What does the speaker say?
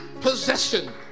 possession